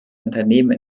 unternehmen